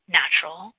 natural